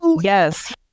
Yes